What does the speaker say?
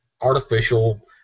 artificial